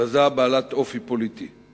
כרזה בעלת אופי פוליטי.